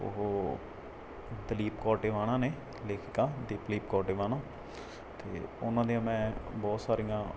ਉਹ ਦਲੀਪ ਕੌਰ ਟਿਵਾਣਾ ਨੇ ਲੇਖਿਕਾ ਦਲੀਪ ਕੌਰ ਟਿਵਾਣਾ ਅਤੇ ਉਨ੍ਹਾਂ ਦੀਆਂ ਮੈਂ ਬਹੁਤ ਸਾਰੀਆਂ